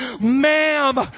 ma'am